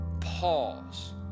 pause